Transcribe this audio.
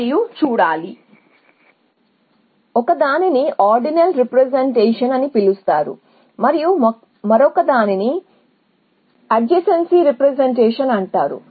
కాబట్టి ఒక రీప్రెజెంటేషన్ ఉంది దీనిని ఆర్డినల్ రీప్రెజెంటేషన్ అని పిలుస్తారు మరియు మరొకటి అడ్జెన్సీ రీ ప్రెజెంటేషన్ అంటారు